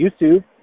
YouTube